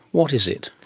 what is it?